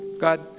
God